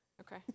Okay